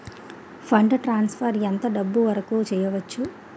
Fund transfer ఎంత డబ్బు వరుకు చేయవచ్చు?